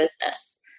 business